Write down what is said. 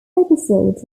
episodes